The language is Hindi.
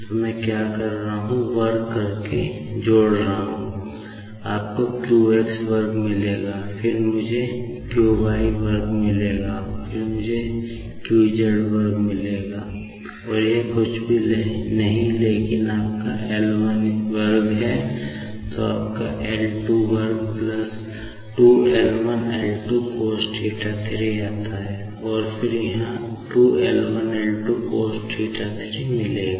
तो मैं क्या कर रहा हूँ वर्ग करके और जोड़कर आपको q x वर्ग मिल रहा है फिर मुझे q y वर्ग मिल जाएगा फिर मुझे q z वर्ग मिल जाएगा और यह कुछ भी नहीं है लेकिन आपका L 1 वर्ग है तो आपका L 2 वर्ग प्लस 2 L 1 L 2 cos θ 3 आता है और फिर यहाँ 2L1 L2 cosθ3 मिलेगा